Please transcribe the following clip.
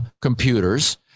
computers